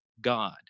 God